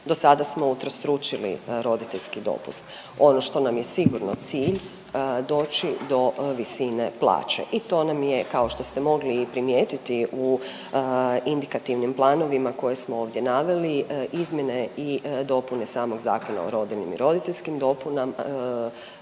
Do sada smo utrostručili roditeljski dopust, ono što nam je sigurno cilj doći do visine plaće i to nam je kao što ste mogli i primijetiti u indikativnim planovima koje smo ovdje naveli izmjene i dopune samog Zakona o rodiljnim i roditeljskim doplatku